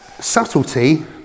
Subtlety